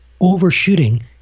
overshooting